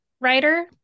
writer